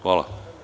Hvala.